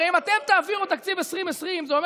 הרי אם אתם תעבירו תקציב 2020 זה אומר